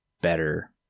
better